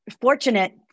fortunate